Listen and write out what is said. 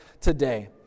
today